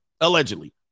allegedly